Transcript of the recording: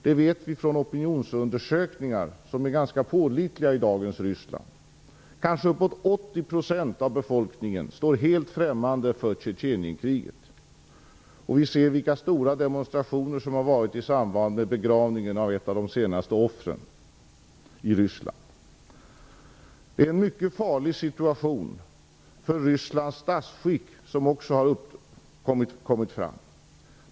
Det vet vi från opinionsundersökningar, som är ganska pålitliga i dagens Ryssland. Kanske uppåt 80 % av befolkningen står helt främmande för Tjetjenienkriget. Vi ser vilka stora demonstrationer som har varit i samband med begravningen av ett av de senaste offren i Ryssland. Det är en mycket farlig situation för Rysslands statsskick som också har kommit fram.